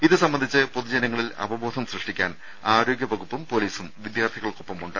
ഇത് സംബന്ധിച്ച് പൊതുജനങ്ങളിൽ അവബോധം സൃഷ്ടിക്കാൻ ആരോഗ്യവകുപ്പും പൊലീസും വിദ്യാർത്ഥികൾക്കൊപ്പമുണ്ട്